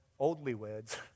oldlyweds